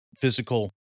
physical